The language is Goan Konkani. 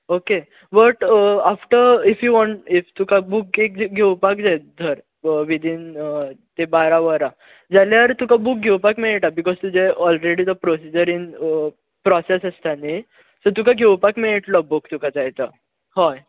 okay but after if you won't if तुका एक बुक घेवपाक जाय धर विदीन ते बारा वरां जाल्यार तुका बुक घेवपाक मेळटा बिकोज तुजें ऑलरेडी प्रोसीजर इन प्रोसेस आसता न्ही सो तुका घेवपाक मेळटलो बुक तुका जाय तो हय